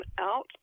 out